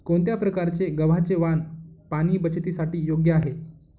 कोणत्या प्रकारचे गव्हाचे वाण पाणी बचतीसाठी योग्य आहे?